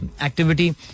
activity